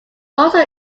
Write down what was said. also